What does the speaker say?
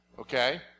okay